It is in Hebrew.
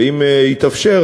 ואם יתאפשר,